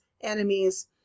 enemies